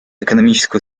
экономическую